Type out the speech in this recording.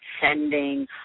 sending